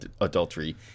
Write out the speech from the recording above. adultery